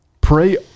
Pray